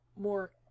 more